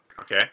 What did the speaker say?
Okay